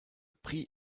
prix